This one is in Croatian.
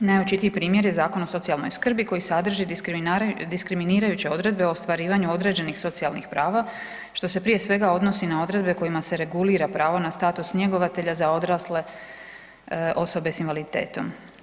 Najočitiji je primjer Zakon o socijalnoj skrbi koji sadrži diskriminirajuće odredbe o ostvarivanju određenih socijalnih prava što se prije svega odnosi na odredbe kojima se regulira pravo na status njegovatelja za odrasle osobe s invaliditetom.